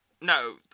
No